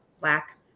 black